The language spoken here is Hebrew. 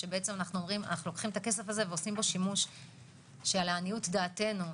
שאנחנו אומרים: לוקחים את הכסף הזה ועושים בו שימוש שלעניות דעתנו,